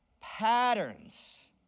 patterns